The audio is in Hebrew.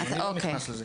אה, אוקיי.